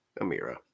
Amira